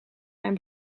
mijn